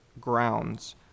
grounds